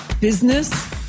business